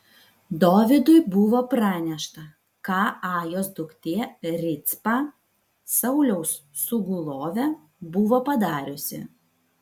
dovydui buvo pranešta ką ajos duktė ricpa sauliaus sugulovė buvo padariusi